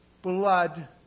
blood